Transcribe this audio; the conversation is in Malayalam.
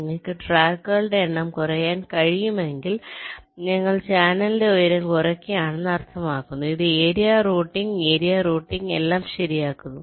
നിങ്ങൾക്ക് ട്രാക്കുകളുടെ എണ്ണം കുറയ്ക്കാൻ കഴിയുമെങ്കിൽ ഞങ്ങൾ ചാനലിന്റെ ഉയരം കുറയ്ക്കുകയാണെന്ന് അർത്ഥമാക്കുന്നു ഇത് ഏരിയ റൂട്ടിംഗ് ഏരിയ എല്ലാം ശരിയാക്കുന്നു